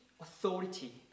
authority